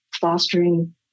fostering